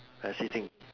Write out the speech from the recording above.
uh Xi Jing